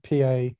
PA